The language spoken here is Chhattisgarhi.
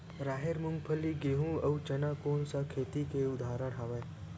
राहेर, मूंगफली, गेहूं, अउ चना कोन सा खेती के उदाहरण आवे?